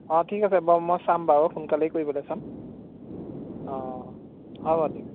অঁ ঠিক আছে বাৰু মই চাম বাৰু সোনকালেই কৰিবলৈ চাম অঁ হ'ব দিয়ক